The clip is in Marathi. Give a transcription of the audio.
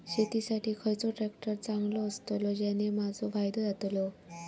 शेती साठी खयचो ट्रॅक्टर चांगलो अस्तलो ज्याने माजो फायदो जातलो?